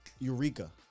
Eureka